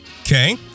okay